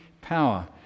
power